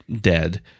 dead